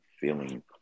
feeling